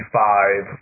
five